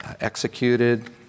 executed